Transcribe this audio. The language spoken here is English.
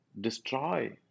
destroy